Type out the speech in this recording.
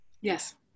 Yes